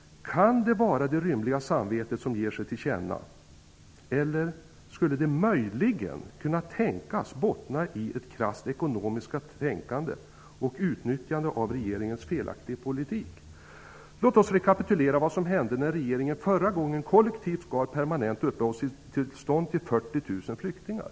Kan det vara det rymliga samvetet som ger sig till känna, eller skulle det möjligen kunna tänkas bottna i ett krasst ekonomiskt tänkande och utnyttjande av regeringens felaktiga politik? Låt oss rekapitulera vad som hände när regeringen förra gången kollektivt gav permanent uppehållstillstånd till 40 000 flyktingar.